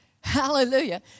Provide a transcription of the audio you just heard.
Hallelujah